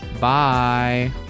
Bye